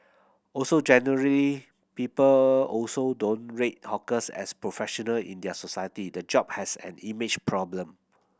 also generally people also don't rate hawkers as professional in their society the job has an image problem